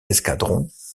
escadrons